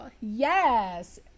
Yes